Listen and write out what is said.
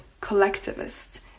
collectivist